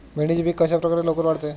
भेंडीचे पीक कशाप्रकारे लवकर वाढते?